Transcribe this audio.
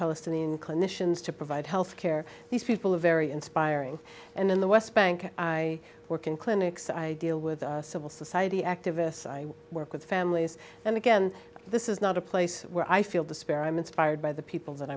palestinian conditions to provide health care these people are very inspiring and in the west bank i work in clinics i deal with a civil society activists i work with families and again this is not a place where i feel despair i'm inspired by the people that